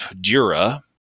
Dura